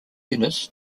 units